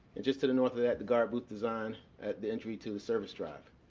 and just to the north of that the garabooth design at the entry to the service drive.